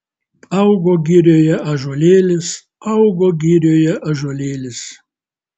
augo girioje ąžuolėlis augo girioje ąžuolėlis